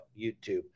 YouTube